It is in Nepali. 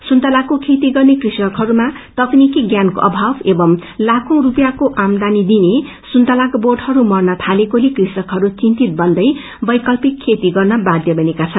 सुन्तलाको खेती गर्ने कृषकहस्मा तकनिकी ज्ञानको अभाव एवं लाखौ स्पियाँको आमदानी दिने सुन्तलाका बोटहरू मर्न थालकोले कृषकहरू चिन्तित बन्दै वैकल्पिक खेती गर्न वाध्य बनेका छन्